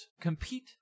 compete